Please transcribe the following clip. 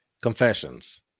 Confessions